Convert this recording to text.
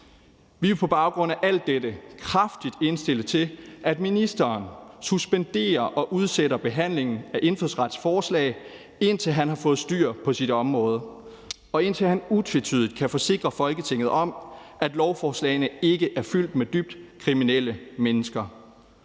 Vi vil på baggrund af alt dette kraftigt indstille til, at ministeren suspenderer og udsætter behandlingen af indfødsretsforslag, indtil han har fået styr på sit område, og indtil han utvetydigt kan forsikre Folketinget om, at lovforslagene ikke er fyldt med dybt kriminelle mennesker.